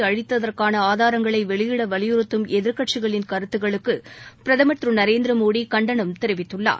அழித்ததற்கான ஆதாரங்களை வெளியிட வலியுறுத்தும் எதிர்கட்சிகளின் கருத்துகளுக்கு பிரதமர் திரு நரேந்திர மோடி கண்டனம் தெரிவித்துள்ளார்